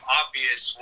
obvious